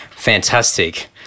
Fantastic